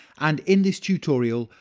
and in this tutorial,